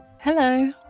Hello